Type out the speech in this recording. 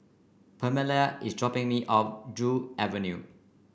Pamelia is dropping me off Joo Avenue